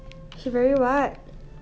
she very what